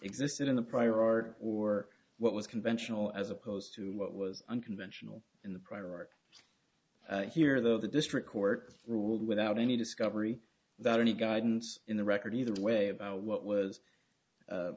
existed in the prior art or what was conventional as opposed to what was unconventional in the prior art here though the district court ruled without any discovery that any guidance in the record either way about what was